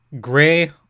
gray